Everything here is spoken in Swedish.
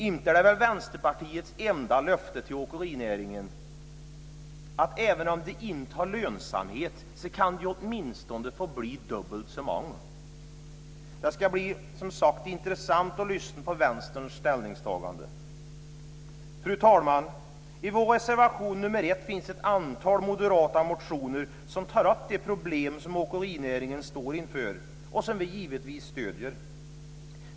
Inte är det väl Vänsterpartiets enda löfte till åkerinäringen att även om de inte har lönsamhet kan de åtminstone få bli dubbelt så många. Det ska, som sagt var, bli intressant att lyssna på Vänsterns ställningstagande. Fru talman! I vår reservation nr 1 tar vi upp ett antal moderata motioner om de problem som åkerinäringen står inför och som vi givetvis stöder.